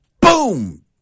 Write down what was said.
boom